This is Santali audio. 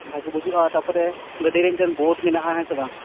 ᱵᱷᱟᱜᱮ ᱵᱩᱡᱷᱩᱜᱼᱟ ᱛᱟᱯᱚᱨᱮ ᱜᱟ ᱰᱤᱨᱮ ᱢᱤᱫᱴᱟ ᱝ ᱵᱳᱴ ᱢᱮᱱᱟᱜᱼᱟ ᱦᱮᱸᱥᱮ ᱵᱟᱝ